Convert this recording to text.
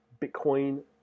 Bitcoin